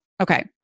Okay